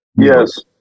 yes